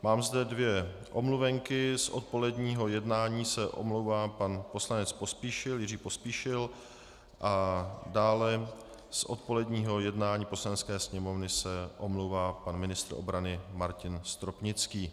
Mám zde dvě omluvenky, z odpoledního jednání se omlouvá pan poslanec Jiří Pospíšil a dále z odpoledního jednání Poslanecké sněmovny se omlouvá pan ministr obrany Martin Stropnický.